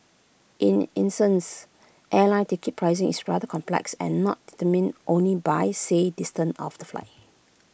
in essence airline ticket pricing is rather complex and not determined only by say distance of the flight